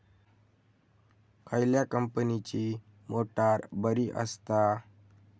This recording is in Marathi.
खयल्या कंपनीची मोटार बरी असता?